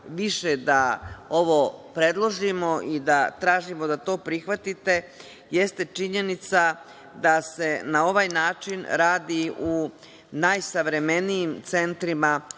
više da ovo predložimo i da tražimo da to prihvatite jeste činjenica da se na ovaj način radi u najsavremenijim centrima